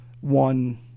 one